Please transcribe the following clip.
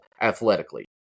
athletically